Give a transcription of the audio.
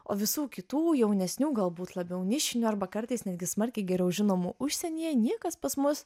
o visų kitų jaunesnių galbūt labiau nišinių arba kartais netgi smarkiai geriau žinomų užsienyje niekas pas mus